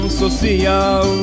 social